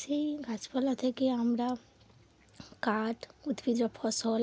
সেই গাছপালা থেকে আমরা কাঠ উদ্ভিজ ফসল